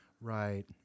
right